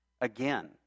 Again